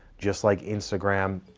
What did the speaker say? just like instagram,